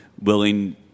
willing